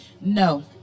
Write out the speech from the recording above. No